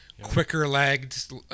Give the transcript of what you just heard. quicker-legged